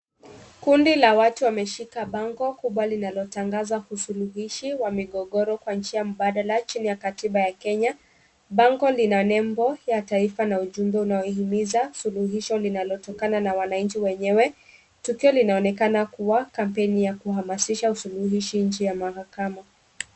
Kundi la watu wameshika bango kubwa linalotangaza usuluhishi wa migogoro kwa njia mbadala chini ya katiba ya Kenya. Bango lina nembo ya taifa na ujumbe unaohimiza suluhisho linalotokana na wananchi wenyewe. Tukio linaonekana kuwa kampeni ya kuhamasisha usuluhishi nje ya mahakama.